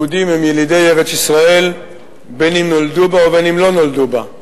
יהודים הם ילידי ארץ-ישראל בין שנולדו בה ובין שלא נולדו בה.